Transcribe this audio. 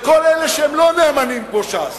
של כל אלה שהם לא נאמנים כמו ש"ס,